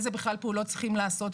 אילו פעולות בכלל צריכים לעשות,